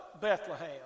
Bethlehem